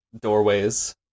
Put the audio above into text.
doorways